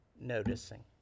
noticing